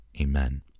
Amen